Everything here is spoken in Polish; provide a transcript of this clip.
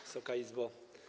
Wysoka Izbo!